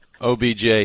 OBJ